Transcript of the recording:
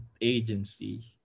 agency